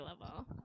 level